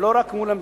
ולא רק מול המדינה,